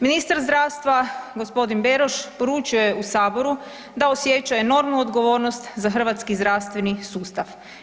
Ministar zdravstva gospodin Beroš poručio je u Saboru da osjeća enormnu odgovornost za hrvatski zdravstveni sustav.